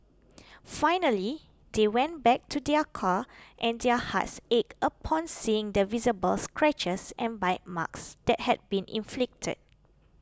finally they went back to their car and their hearts ached upon seeing the visible scratches and bite marks that had been inflicted